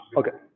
okay